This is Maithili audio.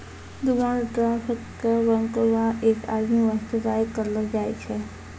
डिमांड ड्राफ्ट क बैंको द्वारा एक आदमी वास्ते जारी करलो जाय छै